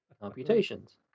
Computations